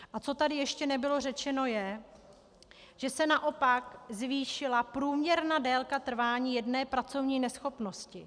A co tady ještě nebylo řečeno, je, že se naopak zvýšila průměrná délka trvání jedné pracovní neschopnosti.